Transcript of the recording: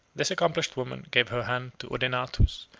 this accomplished woman gave her hand to odenathus,